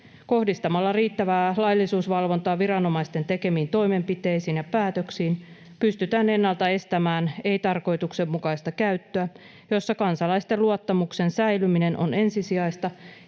Kohdistamalla riittävää laillisuusvalvontaa viranomaisten tekemiin toimenpiteisiin ja päätöksiin pystytään ennalta estämään ei-tarkoituksenmukaista käyttöä. Kansalaisten luottamuksen säilyminen on ensisijaista,